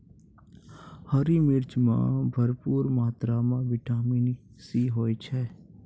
हरी मिर्च मॅ भरपूर मात्रा म विटामिन सी होय छै